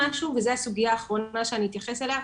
והסוגייה האחרונה שאני יתייחס אליה,